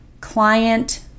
client